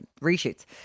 reshoots